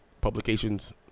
publications